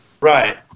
Right